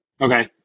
Okay